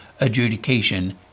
Adjudication